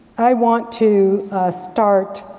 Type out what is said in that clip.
i want to start,